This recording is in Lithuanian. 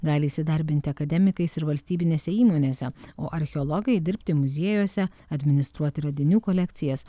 gali įsidarbinti akademikais ir valstybinėse įmonėse o archeologai dirbti muziejuose administruoti radinių kolekcijas